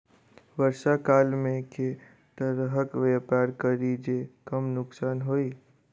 वर्षा काल मे केँ तरहक व्यापार करि जे कम नुकसान होइ?